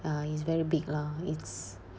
uh is very big lah it's